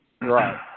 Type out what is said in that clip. Right